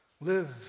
live